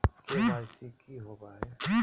KYC की होबो है?